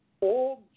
Old